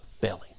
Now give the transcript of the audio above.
belly